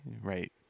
Right